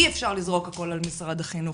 אי אפשר לזרוק הכול על משרד החינוך,